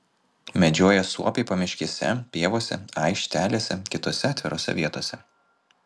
medžioja suopiai pamiškėse pievose aikštelėse kitose atvirose vietose